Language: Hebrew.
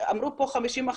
אמרו פה 50%,